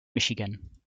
michigan